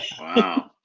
Wow